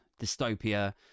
dystopia